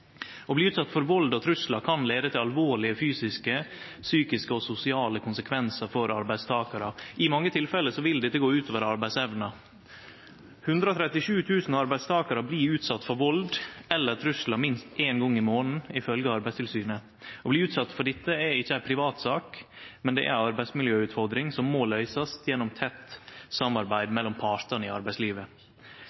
Å bli utsett for vald og truslar kan leie til alvorlege fysiske, psykiske og sosiale konsekvensar for arbeidstakarar. I mange tilfelle vil dette gå ut over arbeidsevna. 137 000 arbeidstakarar blir utsette for vald eller truslar minst ein gong i månaden, ifølgje Arbeidstilsynet. Å bli utsett for dette er ikkje ei privatsak, men ei arbeidsmiljøutfordring som må løysast gjennom tett samarbeid